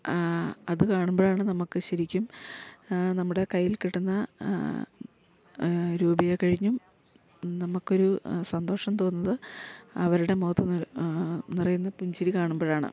അത് കാണുമ്പഴാണ് നമുക്ക് ശരിക്കും നമ്മുടെ കയ്യിൽ കിട്ടുന്ന രൂപയെ കഴിഞ്ഞും നമുക്കൊരു സന്തോഷം തോന്നുന്നത് അവരുടെ മുഖത്ത് നിറ നിറയുന്ന പുഞ്ചിരി കാണുമ്പഴാണ്